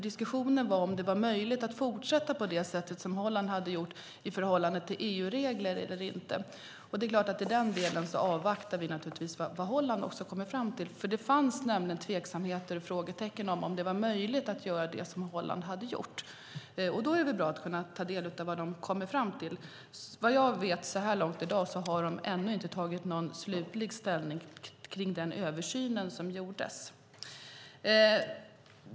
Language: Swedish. Diskussionen gällde om det var möjligt i förhållande till EU-regler att fortsätta på det sätt som Holland hade gjort eller inte. I den delen avvaktar vi naturligtvis vad Holland kommer fram till. Det fanns nämligen tveksamheter och frågetecken kring om det var möjligt att göra det som Holland hade gjort. Då är det bra att kunna ta del av vad de kommer fram till. Vad jag vet så här långt har de ännu inte tagit slutlig ställning kring den översyn som gjordes.